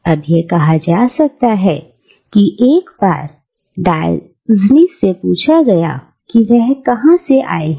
अब यह कहा जा सकता है कि एक बार डायोजनीज से पूछा गया था कि वह कहां से आया है